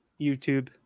YouTube